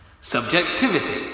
Subjectivity